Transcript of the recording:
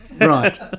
Right